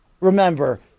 remember